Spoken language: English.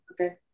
okay